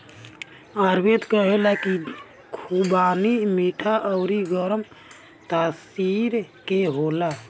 आयुर्वेद कहेला की खुबानी मीठा अउरी गरम तासीर के होला